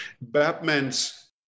Batman's